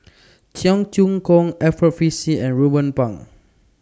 Cheong Choong Kong Alfred Frisby and Ruben Pang